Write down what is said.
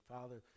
Father